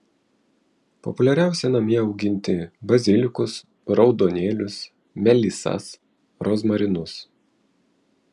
populiariausia namie auginti bazilikus raudonėlius melisas rozmarinus